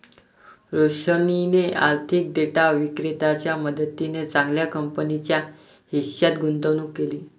रोशनीने आर्थिक डेटा विक्रेत्याच्या मदतीने चांगल्या कंपनीच्या हिश्श्यात गुंतवणूक केली